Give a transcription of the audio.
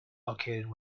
located